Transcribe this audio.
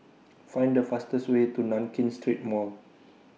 Find The fastest Way to Nankin Street Mall